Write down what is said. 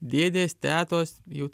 dėdės tetos jau